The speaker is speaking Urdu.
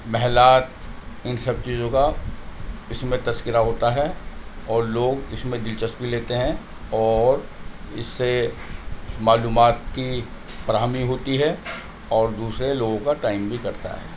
محلات ان سب چیزوں کا اس میں تذکرہ ہوتا ہے اور لوگ اس میں دلچسپی لیتے ہیں اور اس سے معلومات کی فراہمی ہوتی ہے اور دوسرے لوگوں کا ٹائم بھی کٹتا ہے